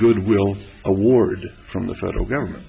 good will award from the federal government